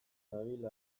nabil